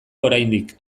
oraindik